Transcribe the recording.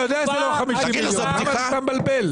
למה אתה מתבלבל?